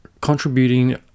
contributing